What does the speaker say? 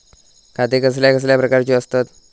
खाते कसल्या कसल्या प्रकारची असतत?